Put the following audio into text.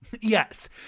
Yes